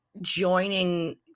joining